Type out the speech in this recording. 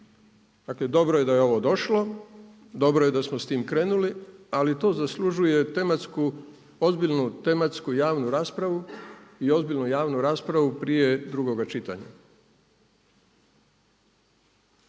Dakle, dobro je da je ovo došlo, dobro je da smo s tim krenuli ali to zaslužuje ozbiljnu tematsku javnu raspravu i ozbiljnu javnu raspravu prije drugoga čitanja